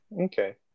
Okay